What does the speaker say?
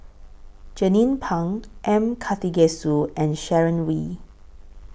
Jernnine Pang M Karthigesu and Sharon Wee